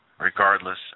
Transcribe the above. regardless